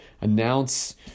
announce